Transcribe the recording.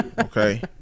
okay